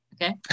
okay